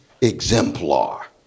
exemplar